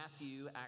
Matthew